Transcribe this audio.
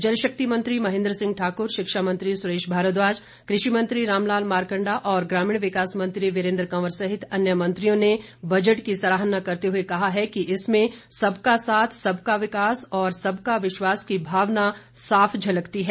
जलशक्ति मंत्री महेन्द्र सिंह ठाकुर शिक्षा मंत्री सुरेश भारद्वाज कृषि मंत्री रामलाल मारकंडा और ग्रामीण विकास मंत्री वीरेन्द्र कंवर सहित अन्य मंत्रियों ने बजट की सराहना करते हुए कहा है कि इसमें सबका साथ सबका विकास और सबका विश्वास की भावना साफ झलकती है